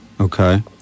Okay